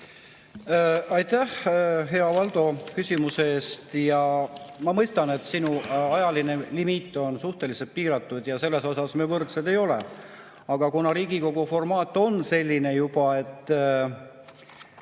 Aitäh, hea Valdo, küsimuse eest! Ma mõistan, et sinu ajaline limiit on suhteliselt piiratud ja selles osas me võrdsed ei ole. Aga kuna Riigikogu formaat on selline, et